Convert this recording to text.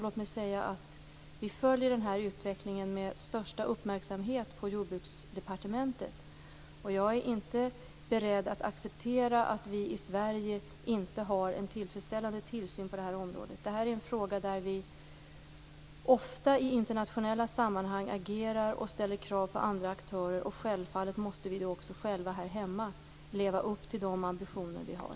Låt mig säga att vi följer denna utveckling med största uppmärksamhet på Jordbruksdepartementet. Jag är inte beredd att acceptera att vi i Sverige inte har en tillfredsställande tillsyn på detta område. Det är en fråga där vi ofta i internationella sammanhang agerar och ställer krav på andra aktörer. Självfallet måste vi då också själva här hemma leva upp till de ambitioner vi har.